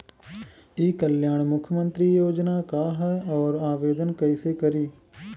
ई कल्याण मुख्यमंत्री योजना का है और आवेदन कईसे करी?